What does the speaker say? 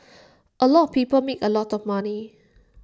A lot of people made A lot of money